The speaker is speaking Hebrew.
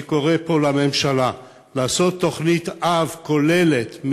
אני קורא פה לממשלה לעשות תוכנית-אב כוללת,